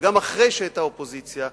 וגם אחרי שהיתה אופוזיציה,